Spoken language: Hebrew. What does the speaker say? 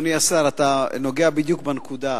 אדוני השר, אתה נוגע בדיוק בנקודה.